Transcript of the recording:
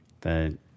the-